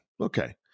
Okay